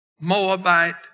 Moabite